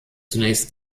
zunächst